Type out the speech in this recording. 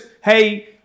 hey